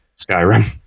Skyrim